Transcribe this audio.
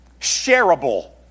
shareable